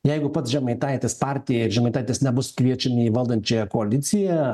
jeigu pats žemaitaitis partija ir žemaitaitis nebus kviečiami į valdančiąją koaliciją